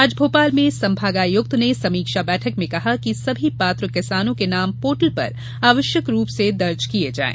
आज भोपाल में संभागायुक्त ने समीक्षा बैठक में कहा कि सभी पात्र किसानों के नाम पोर्टल पर आवश्यक रूप से दर्ज किये जायें